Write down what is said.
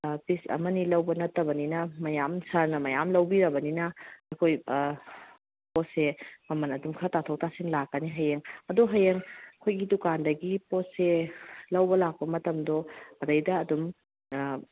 piece ꯑꯃ ꯑꯅꯤ ꯂꯧꯕ ꯅꯠꯇꯕꯅꯤꯅ ꯃꯌꯥꯝ ꯁꯥꯔꯅ ꯃꯌꯥꯝ ꯂꯧꯕꯤꯔꯕꯅꯤꯅ ꯑꯩꯈꯣꯏ ꯄꯣꯠꯁꯦ ꯃꯃꯜ ꯑꯗꯨꯝ ꯈꯔ ꯇꯥꯊꯣꯛ ꯇꯥꯁꯤꯟ ꯂꯥꯛꯀꯅꯤ ꯍꯌꯦꯡ ꯑꯗꯣ ꯍꯌꯦꯡ ꯑꯩꯈꯣꯏꯒꯤ ꯗꯨꯀꯥꯟꯗꯒꯤ ꯄꯣꯠꯁꯦ ꯂꯧꯕ ꯂꯥꯛꯄ ꯃꯇꯝꯗꯣ ꯑꯗꯩꯗ ꯑꯗꯨꯝ